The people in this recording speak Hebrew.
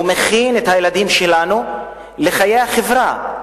הוא מכין את הילדים שלנו לחיי החברה,